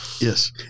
yes